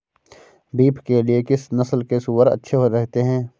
Beef के लिए किस नस्ल के सूअर अच्छे रहते हैं?